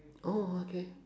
oh okay